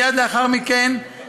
מייד לאחר מכן,